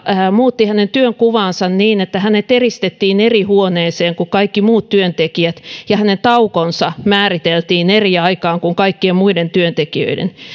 muutti hänen työnkuvaansa niin että hänet eristettiin eri huoneeseen kuin kaikki muut työntekijät ja hänen taukonsa määriteltiin eri aikaan kuin kaikkien muiden työntekijöiden